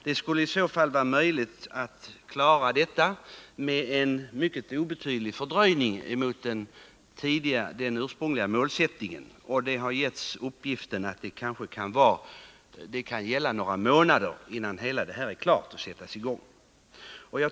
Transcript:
Det skulle i så fall vara möjligt att påbörja den här anläggningen med endast en obetydlig fördröjning jämfört med den ursprungliga målsättningen. Den uppgiften har lämnats att det kanske kan vara fråga om några månader tills det hela är klart att sättas i gång.